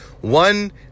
One